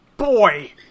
boy